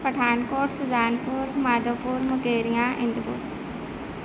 Pathankot Sujanpur Madhavpur Mukerian